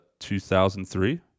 2003